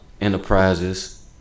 Enterprises